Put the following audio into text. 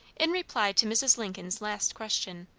in reply to mrs. lincoln's last question,